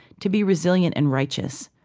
to be resilient and righteous?